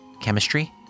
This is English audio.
chemistry